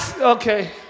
Okay